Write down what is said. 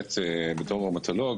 בתור ראומטולוג,